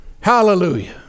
Hallelujah